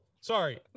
Sorry